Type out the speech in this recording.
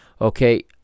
Okay